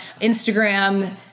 Instagram